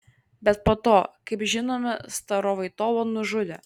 bet po to kaip žinome starovoitovą nužudė